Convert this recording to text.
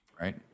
right